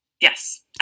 Yes